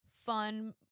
Fun